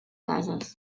cases